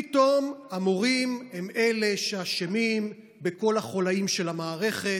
פתאום המורים הם אלה שאשמים בכל החוליים של המערכת.